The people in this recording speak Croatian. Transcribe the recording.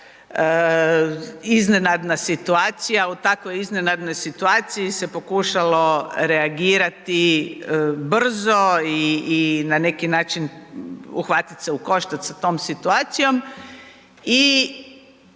iznenadna situacija i u takvoj iznenadnoj situaciji se pokušalo reagirati brzo i na neki način uhvatit se u koštac sa tom situacijom i